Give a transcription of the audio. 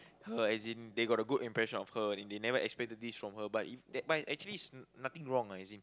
her as in they got a good impression of her and they never expected this from her but i~ but in actually nothing wrong as in